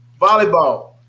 volleyball